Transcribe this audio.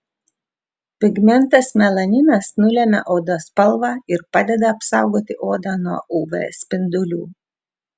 pigmentas melaninas nulemia odos spalvą ir padeda apsaugoti odą nuo uv spindulių